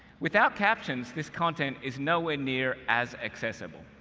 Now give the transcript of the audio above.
without captions, this content is nowhere near as accessible.